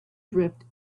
drift